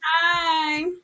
Hi